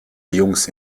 jungs